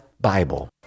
Bible